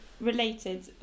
related